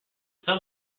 some